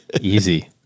Easy